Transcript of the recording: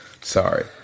sorry